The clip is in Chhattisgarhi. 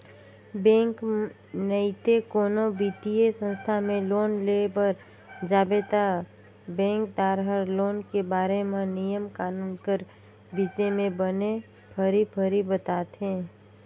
बेंक नइते कोनो बित्तीय संस्था में लोन लेय बर जाबे ता बेंकदार हर लोन के बारे म नियम कानून कर बिसे में बने फरी फरी बताथे